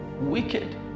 wicked